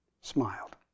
smiled